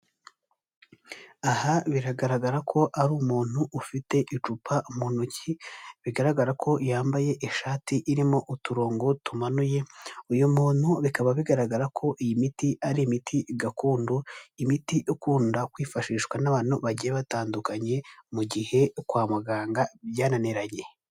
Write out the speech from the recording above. Aha biragaragara ko ari umuntu ufite icupa mu ntoki, bigaragara ko yambaye ishati irimo uturongo tumanuye, uyu muntu bikaba bigaragara ko iyi miti ari imiti gakondo, imiti ikunda kwifashishwa n'abantu bagiye batandukanye, mu gihe kwa muganga byananiranye.